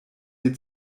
wir